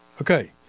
okay